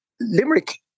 Limerick